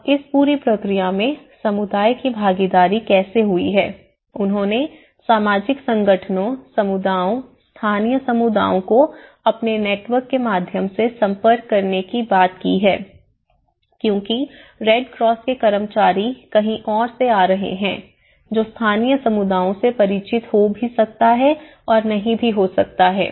अब इस पूरी प्रक्रिया में समुदाय की भागीदारी कैसे हुई है उन्होंने सामाजिक संगठनों समुदायों स्थानीय समुदायों को अपने नेटवर्क के माध्यम से संपर्क करने की बात की है क्योंकि रेड क्रॉस के कर्मचारी कहीं और से आ रहे होंगे जो स्थानीय समुदायों से परिचित हो भी सकता है और नहीं भी हो सकता है